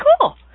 cool